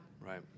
Right